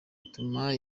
ituma